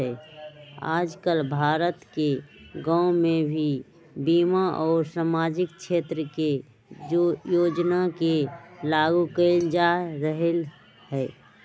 आजकल भारत के गांव में भी बीमा और सामाजिक क्षेत्र के योजना के लागू कइल जा रहल हई